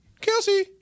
Kelsey